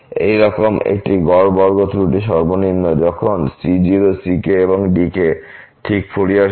এইরকম একটি গড় বর্গ ত্রুটি সর্বনিম্ন যখন আমরা c0 ck এবং dk ঠিক ফুরিয়ার সহগ